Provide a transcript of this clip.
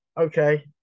Okay